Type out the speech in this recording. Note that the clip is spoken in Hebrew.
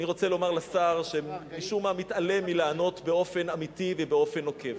אני רוצה לומר לשר שמשום מה מתעלם מלענות באופן אמיתי ובאופן נוקב,